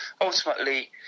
ultimately